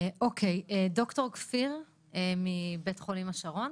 ד"ר כפיר פפר מבית חולים השרון,